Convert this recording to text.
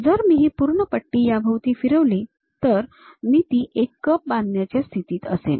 जर मी ही संपूर्ण पट्टी याच्याभोवती फिरवली तर मी एक कप बांधण्याच्या स्थितीत असेन